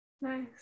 nice